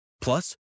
Plus